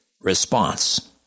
response